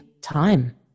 time